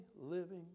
living